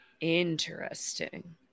interesting